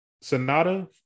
Sonata